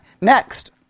Next